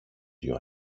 δυο